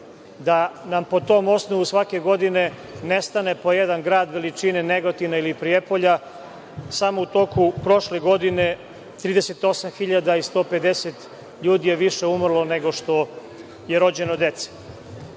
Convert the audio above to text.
da nam po tom osnovu svake godine nestane po jedan grad veličine Negotina ili Prijepolja. Samo u toku prošle godine 38.150 ljudi je više umrlo nego što je rođeno dece. Kada